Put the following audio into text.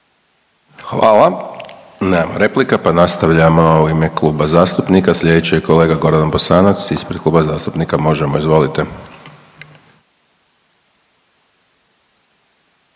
Hvala. Nemamo replika, pa nastavljamo u ime kluba zastupnika. Sljedeći je kolega Gordan Bosanac ispred Kluba zastupnika Možemo! Izvolite.